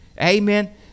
Amen